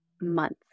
months